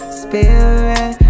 spirit